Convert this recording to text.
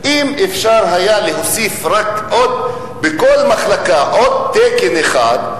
אם אפשר היה להוסיף בכל מחלקה בכל הארץ עוד תקן אחד,